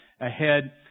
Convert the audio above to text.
ahead